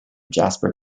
jasper